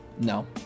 No